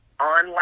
online